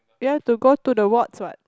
you have to go to the wards what